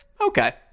okay